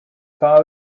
far